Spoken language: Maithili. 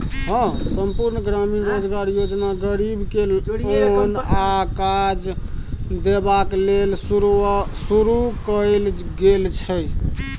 संपुर्ण ग्रामीण रोजगार योजना गरीब के ओन आ काज देबाक लेल शुरू कएल गेल छै